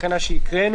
ככה.